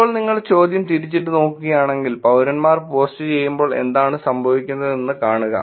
ഇപ്പോൾ നിങ്ങൾ ചോദ്യം തിരിച്ചിട്ട് നോക്കുകയാണെകിൽ പൌരന്മാർ പോസ്റ്റ് ചെയ്യുമ്പോൾ എന്താണ് സംഭവിക്കുന്നതെന്ന് കാണുക